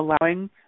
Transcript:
allowing